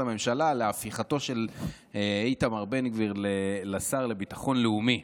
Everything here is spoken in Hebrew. הממשלה להפיכתו של איתמר בן גביר לשר לביטחון לאומי,